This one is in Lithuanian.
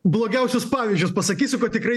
blogiausius pavyzdžius pasakysiu kad tikrai